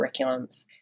curriculums